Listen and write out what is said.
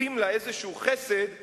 נותנים לה חסד כלשהו,